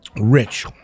Rich